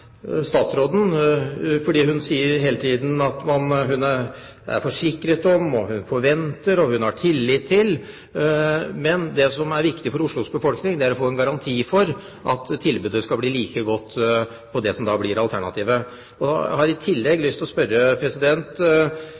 statsråden et spørsmål, for hun sier hele tiden at hun er forsikret om og forventer og har tillit til, men det er viktig for Oslos befolkning å få en garanti for at tilbudet skal bli like godt ved det som blir alternativet. Jeg har i tillegg lyst til å spørre: